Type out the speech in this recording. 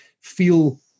feel